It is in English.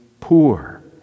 poor